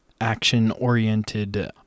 action-oriented